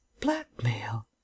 blackmail